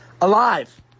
alive